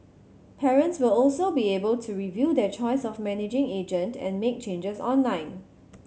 parents will also be able to review their choice of managing agent and make changes online